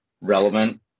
relevant